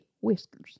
whiskers